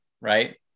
right